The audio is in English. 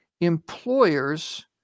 employers